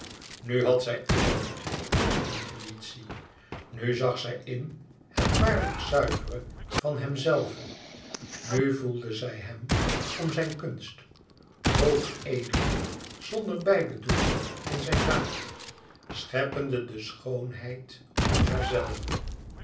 nu had zij eerbied voor die intuïtie nu zag zij in het waarlijk zuivere van hemzelven nu voelde zij hem om zijn kunst hoog edel zonder bijbedoeling in zijn daad scheppende de schoonheid om haarzelve